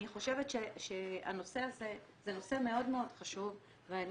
אני חושבת שהנושא הזה הוא נושא מאוד מאוד חשוב ואני